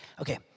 Okay